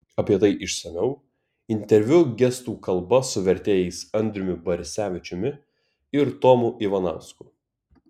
apie tai išsamiau interviu gestų kalba su vertėjais andriumi barisevičiumi ir tomu ivanausku